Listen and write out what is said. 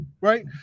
right